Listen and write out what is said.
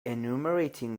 enumerating